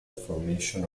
formation